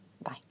Bye